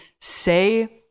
say